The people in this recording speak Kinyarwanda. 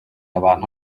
abantu